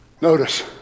Notice